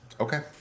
Okay